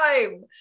time